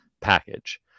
package